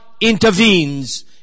intervenes